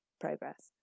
progress